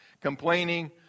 complaining